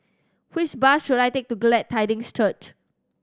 which bus should I take to Glad Tidings Church